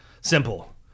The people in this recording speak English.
simple